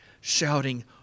shouting